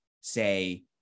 say